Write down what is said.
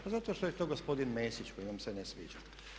Pa zato što je to gospodin Mesić koji vam se ne sviđa.